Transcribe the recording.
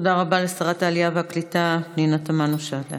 תודה רבה לשרת העלייה והקליטה פנינה תמנו שטה.